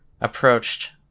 approached